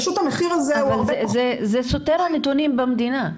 פשוט המחיר הזה הוא --- אבל זה סותר את הנתונים במדינה.